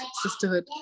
Sisterhood